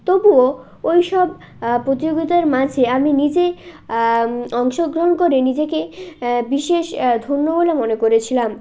তবুও ওই সব প্রতিযোগীদের মাঝে আমি নিজেই অংশগ্রহণ করে নিজেকে বিশেষ ধন্য বলে মনে করেছিলাম